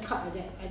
bad